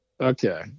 Okay